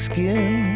Skin